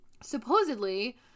Supposedly